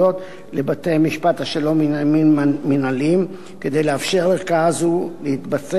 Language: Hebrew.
לבתי-משפט השלום לעניינים מינהליים כדי לאפשר לערכאה זו להתבסס,